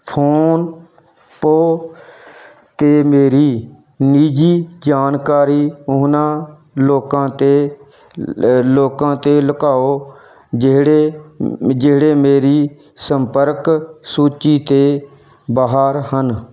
ਫੋਨਪੋ ਤੋਂ ਮੇਰੀ ਨਿੱਜੀ ਜਾਣਕਾਰੀ ਉਹਨਾਂ ਲੋਕਾਂ ਤੋਂ ਲੋਕਾਂ ਤੋਂ ਲੁਕਾਓ ਜਿਹੜੇ ਜਿਹੜੇ ਮੇਰੀ ਸੰਪਰਕ ਸੂਚੀ ਤੋਂ ਬਾਹਰ ਹਨ